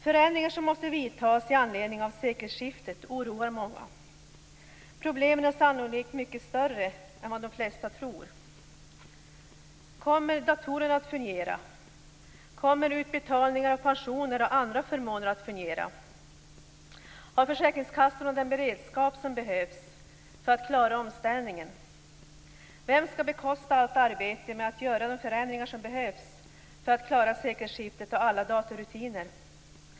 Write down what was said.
Förändringar som måste vidtas i anledning av sekelskiftet oroar många. Problemen är sannolikt mycket större än vad de flesta tror: - Kommer datorerna att fungera? - Kommer utbetalningar av pensioner och andra förmåner att fungera? - Har försäkringskassorna den beredskap som behövs för att klara omställningen? - Vem skall bekosta allt arbete med att göra de förändringar som behövs för att klara sekelskiftet och alla datorrutiner?